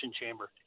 Chamber